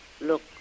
look